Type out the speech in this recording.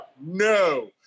No